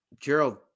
gerald